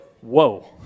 Whoa